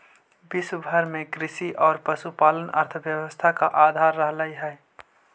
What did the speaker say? विश्व भर में कृषि और पशुपालन अर्थव्यवस्था का आधार रहलई हे